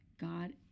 God